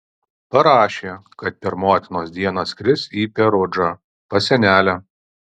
parašė kad per motinos dieną skris į perudžą pas senelę